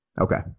Okay